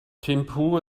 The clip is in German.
thimphu